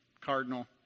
Cardinal